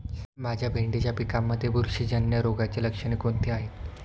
माझ्या भेंडीच्या पिकामध्ये बुरशीजन्य रोगाची लक्षणे कोणती आहेत?